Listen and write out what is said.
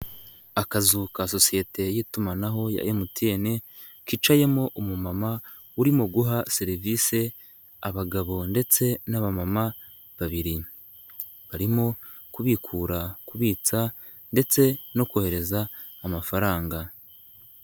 Akazu ka sosiyete y'itumanaho ya MTN kicayemo umumama urimo guha serivisi abagabo ndetse n'abamama babiri, barimo kubikura, kubitsa ndetse no kohereza amafaranga.